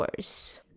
worse